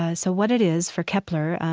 ah so what it is for kepler,